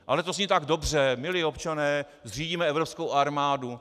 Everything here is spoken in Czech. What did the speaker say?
Ale to zní tak dobře, milí občané, zřídíme evropskou armádu.